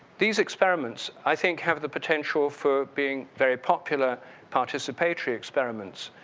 these experiments, i think have the potential for being very popular participatory experiments.